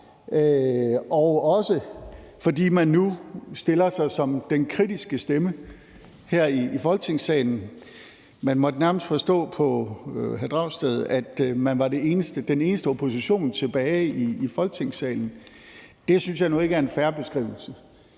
og også fordi man nu stiller sig som den kritiske stemme her i Folketingssalen. Man måtte nærmest forstå på hr. Pelle Dragsted, at man var den eneste opposition, der var tilbage i Folketingssalen. Det synes jeg nu ikke er en fair beskrivelse.